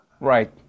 Right